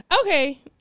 okay